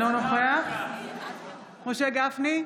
אינו נוכח משה גפני,